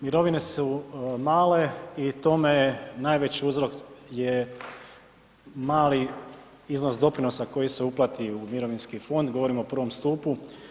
Mirovine su male i tome najveći uzrok je mali iznos doprinosa koji se uplati u mirovinski fond, govorim o I. stupu.